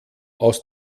aus